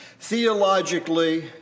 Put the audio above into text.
Theologically